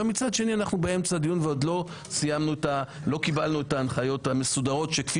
מצד שני אנחנו באמצע דיון ועוד לא קיבלנו את ההנחיות המסודרות כפי